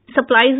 Supplies